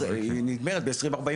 היא נגמרת ב- 2045,